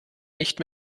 nicht